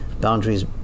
Boundaries